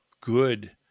good